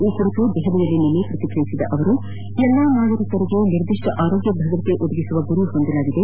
ಈ ಕುರಿತು ನವದೆಹಲಿಯಲ್ಲಿ ನಿನ್ನೆ ಪ್ರತಿಕ್ರಿಯಿಸಿದ ಅವರು ಎಲ್ಲಾ ನಾಗರಿಕರಿಗೆ ನಿರ್ದಿಷ್ಟ ಆರೋಗ್ಯ ಭದ್ರತೆ ಒದಗಿಸುವ ಗುರಿ ಹೊಂದಿದ್ದಾರೆ